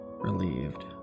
relieved